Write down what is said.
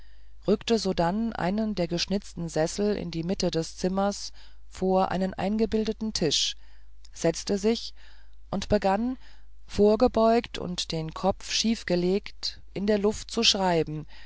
rückte sodann einen der geschnitzten sessel in die mitte des zimmers vor einen eingebildeten tisch setzte sich und begann vorgebeugt und den kopf schief gelegt in der luft zu schreiben